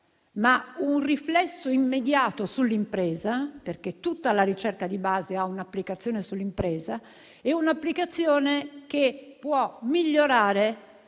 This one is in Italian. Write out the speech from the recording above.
un riflesso immediato sull'impresa, perché tutta la ricerca di base ha un'applicazione sull'impresa e un'applicazione che può migliorare